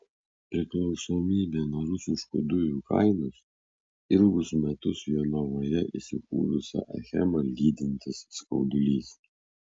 priklausomybė nuo rusiškų dujų kainos ilgus metus jonavoje įsikūrusią achemą lydintis skaudulys